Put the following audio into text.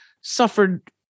suffered